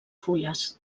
fulles